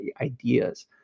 ideas